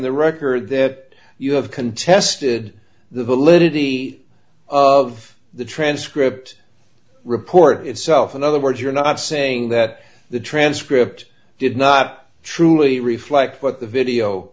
the record that you have contested the validity of the transcript report itself in other words you're not saying that the transcript did not truly reflect what the video